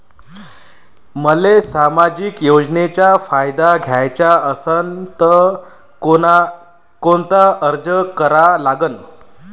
मले सामाजिक योजनेचा फायदा घ्याचा असन त कोनता अर्ज करा लागन?